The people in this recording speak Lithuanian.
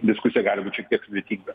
diskusija gali būt šiek tiek sudėtinga